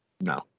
No